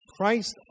Christ